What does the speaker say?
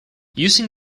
using